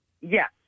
Yes